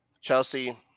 Chelsea